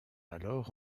alors